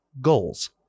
goals